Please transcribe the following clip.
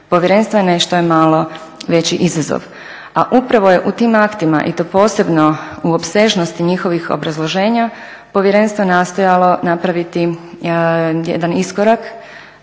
povjerenstva nešto je malo veći izazov. A upravo je u tim aktima i to posebno u opsežnosti njihovih obrazloženja povjerenstvo nastojalo napraviti jedan iskorak